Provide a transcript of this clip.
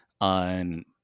on